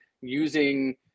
using